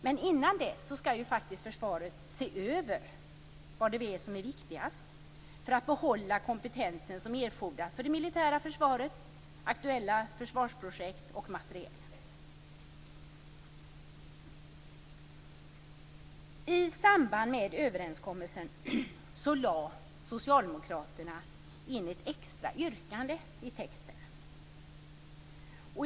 Men innan dess skall försvaret se över vad som är viktigast för att behålla kompetensen som erfordras för det militära försvaret, aktuella försvarsprojekt och materiel. I samband med överenskommelsen lade Socialdemokraterna in ett extra yrkande i texten.